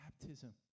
baptism